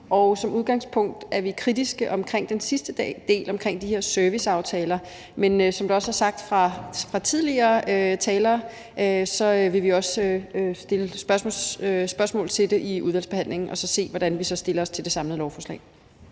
Som udgangspunkt er vi kritiske over for den sidste del omkring de her serviceaftaler. Men som det også er blevet sagt af tidligere talere, vil vi også stille spørgsmål til det i udvalgsbehandlingen og så se, hvordan vi stiller os til det samlede lovforslag.